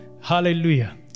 Hallelujah